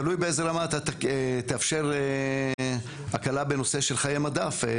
תלוי באיזה רמה אתה תאפשר הקלה בנושא של חיי מדף.